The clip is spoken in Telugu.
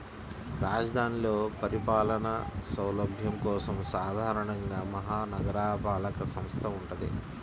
రాజధానిలో పరిపాలనా సౌలభ్యం కోసం సాధారణంగా మహా నగరపాలక సంస్థ వుంటది